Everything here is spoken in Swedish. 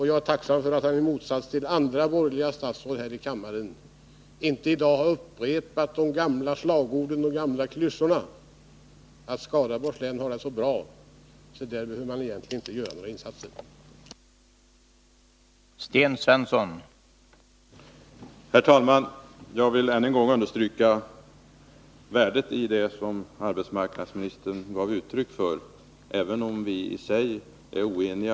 Jag är tacksam för att han, i motsats till andra borgerliga statsråd, inte har upprepat de gamla slagorden och klyschorna, att Skaraborgs län har det så bra att man egentligen inte behöver göra några insatser där.